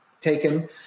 taken